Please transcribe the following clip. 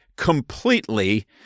completely